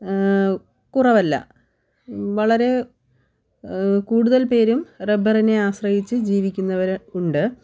കുറവല്ല വളരെ കൂടുതൽ പേരും റബ്ബറിനെ ആശ്രയിച്ച് ജീവിക്കുന്നവർ ഉണ്ട്